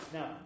Now